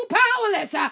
powerless